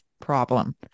problem